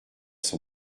son